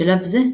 בשלב זה,